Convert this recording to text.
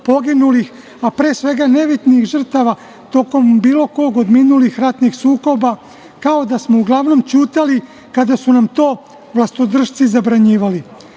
a pre svega nevinih žrtava tokom bilo kog od minulih ratnih sukoba, kao da smo uglavnom ćutali kada su nam to vlastodršci zabranjivali,